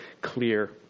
clear